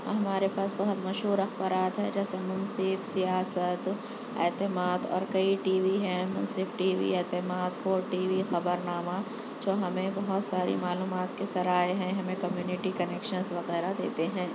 ہمارے پاس بہت مشہور اخبارات ہے جیسے منصف سیاست اعتماد اور کئی ٹی وی ہیں منصف ٹی وی ہے اعتماد فور ٹی وی خبر نامہ جو ہمیں بہت ساری معلومات کے ذرائع ہیں ہمیں کمیونیٹی کنکشنس وغیرہ دیتے ہیں